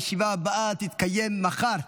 הישיבה הבאה תתקיים מחר,